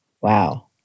Wow